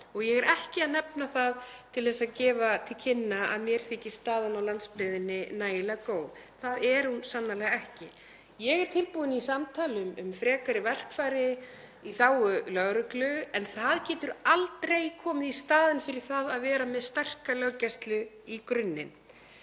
og ég er ekki að nefna það til að gefa til kynna að mér þyki staðan á landsbyggðinni nægilega góð. Það er hún sannarlega ekki. Ég er tilbúin í samtal um frekari verkfæri í þágu lögreglu en það getur aldrei komið í staðinn fyrir það að vera með sterka löggæslu í grunninn.